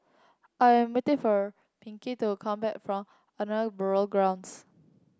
I am waiting for Pinkney to come back from Ahmadiyya Burial Grounds